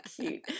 cute